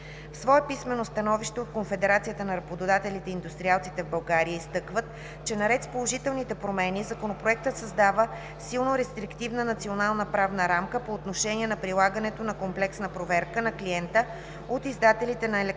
В свое писмено становище от Конфедерацията на работодателите и индустриалците в България изтъкват, че наред с положителните промени, Законопроектът създава „силно рестриктивна национална правна рамка по отношение на прилагането на комплексна проверка на клиента от издателите на електронни